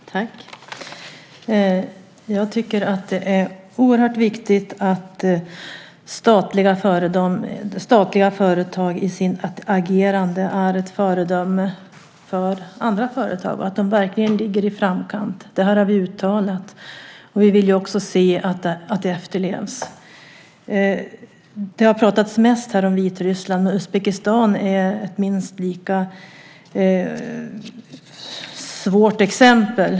Fru talman! Jag tycker att det är oerhört viktigt att statliga företag i sitt agerande är ett föredöme för andra företag och att de verkligen ligger i framkant. Det här har vi uttalat. Vi vill också se att det efterlevs. Det har pratats mest här om Vitryssland. Uzbekistan är ett minst lika svårt exempel.